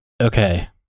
Okay